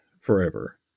forever